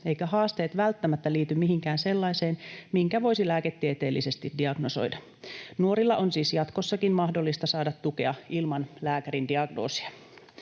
eivätkä haasteet välttämättä liity mihinkään sellaiseen, minkä voisi lääketieteellisesti diagnosoida. Nuorten on siis jatkossakin mahdollista saada tukea ilman lääkärin diagnoosia.